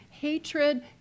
hatred